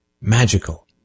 magical